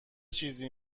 چیزی